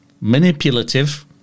manipulative